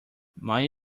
might